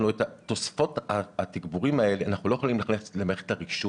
את תוספות התגבורים האלה אנחנו לא יכולים להכניס למערכת הרישוי,